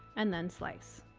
and then slice!